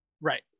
Right